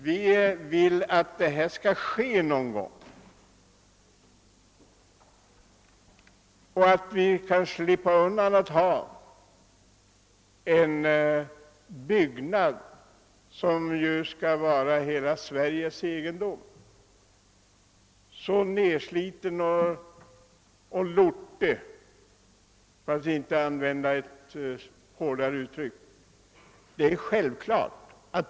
Vi vill nu att det skall hända någonting, eftersom Sveriges nationalhelgedom är så nedsliten och lortig — för att inte använda ett hårdare uttryck — att någonting måste göras.